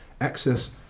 access